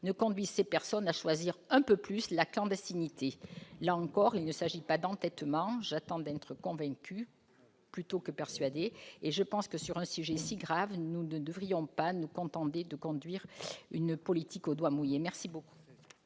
ne conduise ces personnes à choisir un peu plus la clandestinité. Là encore, il ne s'agit pas d'entêtement : j'attends d'être convaincue plutôt que persuadée ... Sur un sujet aussi grave, nous ne devrions pas nous contenter de conduire une politique au doigt mouillé. Quel est